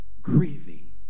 grieving